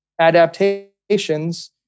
adaptations